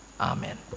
Amen